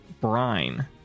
brine